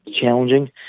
challenging